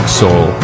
soul